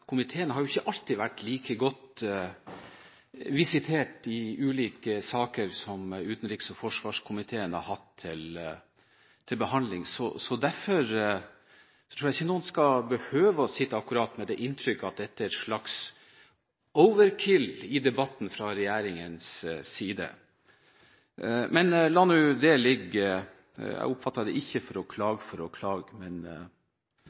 komiteen. Jeg oppfattet ikke at saksordføreren kritiserte regjeringens tunge tilstedeværelse i denne debatten; jeg oppfattet det mer som at det var en slags kompliment, for utenriks- og forsvarskomiteen har ikke alltid vært like godt visitert i ulike saker som den har hatt til behandling. Derfor tror jeg ikke noen skal behøve å sitte med det inntrykket at dette er en slags «overkill» i debatten fra regjeringens side. Men la nå det